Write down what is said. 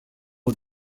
aux